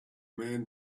man